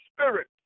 spirit